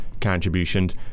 Contributions